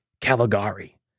Caligari